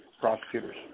prosecutors